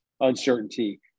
uncertainty